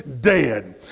dead